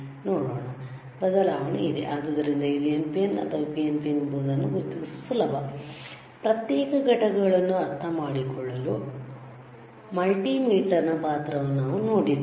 ನೋಡೋಣ ಬದಲಾವಣೆ ಇದೆ ಆದ್ದರಿಂದ ಇದು NPN ಅಥವಾ PNP ಎಂಬುದನ್ನು ಗುರುತಿಸುವುದು ಸುಲಭ ಪ್ರತ್ಯೇಕ ಘಟಕಗಳನ್ನು ಅರ್ಥಮಾಡಿಕೊಳ್ಳಲು ಮಲ್ಟಿಮೀಟರ್ ನ ಪಾತ್ರವನ್ನು ನಾವು ನೋಡಿದ್ದೇವೆ